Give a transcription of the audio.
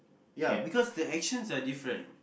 ya because the actions are different